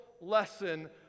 lesson